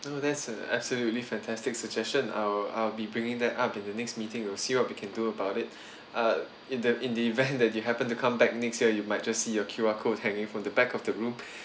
oh that's a absolutely fantastic suggestion I'll I'll be bringing that up in the next meeting we will see what we can do about it uh in the in the event that you happen to come back next year you might just see a Q_R code hanging from the back of the room